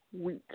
week